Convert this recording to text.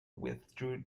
withdrew